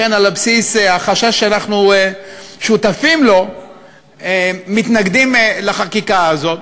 לכן על בסיס החשש שאנחנו שותפים לו אנחנו מתנגדים לחקיקה הזאת.